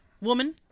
Woman